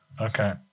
Okay